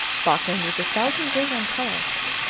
sparkling with a thousand brilliant colours.